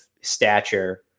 stature